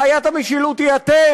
בעיית המשילות היא אתם,